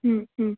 ह्म् ह्म्